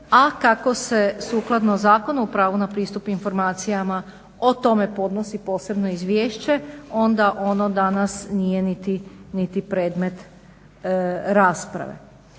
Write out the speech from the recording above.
a kako se sukladno Zakonu o pravu na pristup informacijama o tome podnosi posebno izvješće onda ono danas nije niti predmet rasprave.